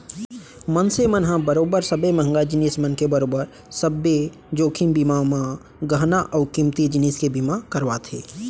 मनसे मन ह बरोबर सबे महंगा जिनिस मन के बरोबर सब्बे जोखिम बीमा म गहना अउ कीमती जिनिस के बीमा करवाथे